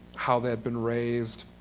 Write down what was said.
how they had been raised,